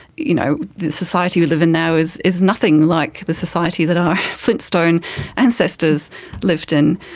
you know the society we live in now is is nothing like the society that our flintstone ancestors lived in.